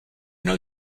know